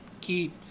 keep